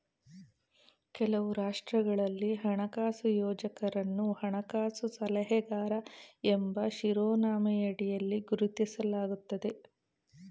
ಕೆಲವು ರಾಷ್ಟ್ರಗಳಲ್ಲಿ ಹಣಕಾಸು ಯೋಜಕರನ್ನು ಹಣಕಾಸು ಸಲಹೆಗಾರ ಎಂಬ ಶಿರೋನಾಮೆಯಡಿಯಲ್ಲಿ ಗುರುತಿಸಲಾಗುತ್ತದೆ